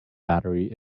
battery